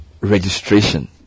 registration